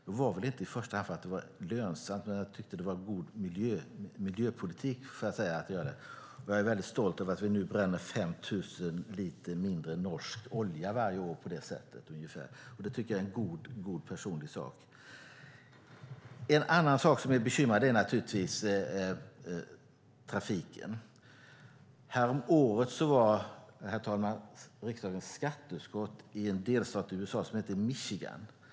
Det var väl inte i första hand för att det var lönsamt, men jag tyckte att det var god miljöpolitik att göra det. Jag är stolt över att vi nu bränner ungefär 5 000 liter mindre norsk olja varje år på detta sätt. Det tycker jag är en god personlig sak. En annan sak som gör mig bekymrad är trafiken. Häromåret var riksdagens skatteutskott i en delstat i USA som heter Michigan, herr talman.